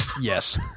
Yes